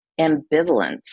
ambivalence